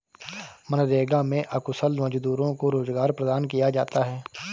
मनरेगा में अकुशल मजदूरों को रोजगार प्रदान किया जाता है